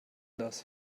das